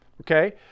okay